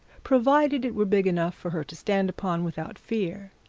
provided it were big enough for her to stand upon without fear,